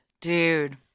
Dude